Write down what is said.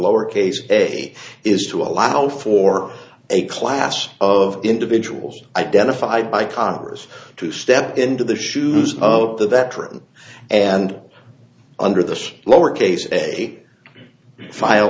lowercase a is to allow for a class of individuals identified by congress to step into the shoes of that room and under this lowercase a file